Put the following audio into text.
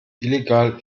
illegal